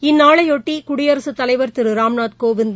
இந்நாளையொட்டிகுடியரசுத் தலைவர் திருராம்நாத்கோவிந்த்